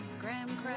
Graham